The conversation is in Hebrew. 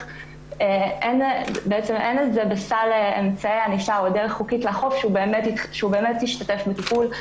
אין את זה בסל אמצעי הענישה או דרך חוקית לאכוף שהוא באמת ישתתף בטיפול.